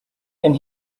and